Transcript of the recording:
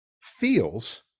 feels